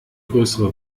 größere